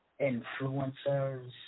influencers